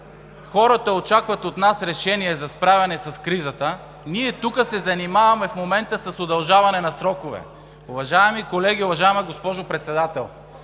хората очакват от нас решение за справяне с кризата, ние тук се занимаваме в момента с удължаване на срокове. Уважаеми колеги, уважаема госпожо Председател!